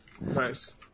Nice